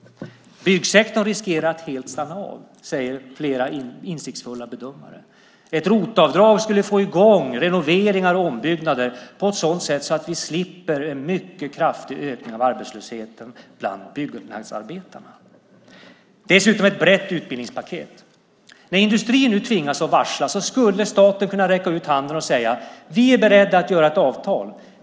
Byggsektorn riskerar att helt stanna av, säger flera insiktsfulla bedömare. Ett rotavdrag skulle få i gång renoveringar och ombyggnader på ett sådant sätt att vi slipper en mycket kraftig ökning av arbetslösheten bland byggnadsarbetarna. Dessutom handlar det om ett brett utbildningspaket. När industrin nu tvingas varsla skulle staten kunna räcka ut handen och säga: Vi är beredda att göra ett avtal.